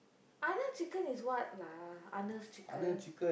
Arnold Chicken is what lah Arnold's Chicken